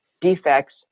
defects